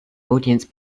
audience